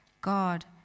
God